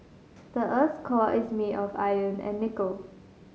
the earth's core is made of iron and nickel